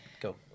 Go